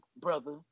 brother